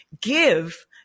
give